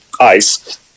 ice